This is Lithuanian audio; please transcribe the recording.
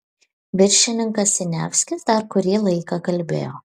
viršininkas siniavskis dar kurį laiką kalbėjo